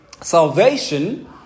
salvation